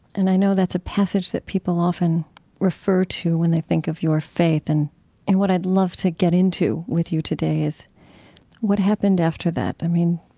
and i know that's a passage that people often refer to when they think of your faith, and and what i'd love to get into with you today is what happened after that? i mean,